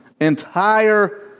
entire